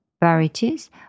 varieties